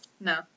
No